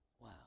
Wow